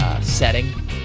Setting